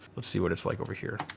let's see what it's like over here.